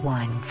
one